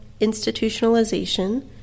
institutionalization